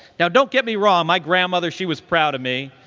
now, don't get me wrong. my grandmother, she was proud of me.